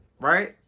right